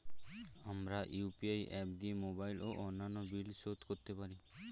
আমরা UPI app দিয়ে mobile ও অন্যান্য বিল শোধ করতে পারি